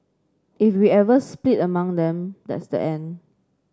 if we ever split along them that's the end